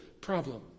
problem